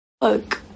fuck